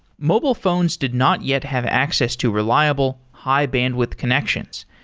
mobile phones did not yet have access to reliable, high-bandwidth connections,